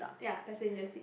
ya passenger seat